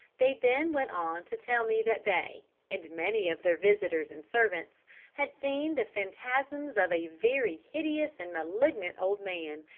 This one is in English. they then went on to tell me that they and many of their visitors and servants had seen the phantasms of a very hideous and malignant old man,